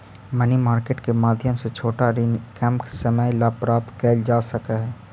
money market के माध्यम से छोटा ऋण कम समय ला प्राप्त कैल जा सकऽ हई